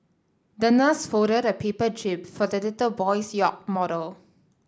the nurse folded a paper jib for the little boy's yacht model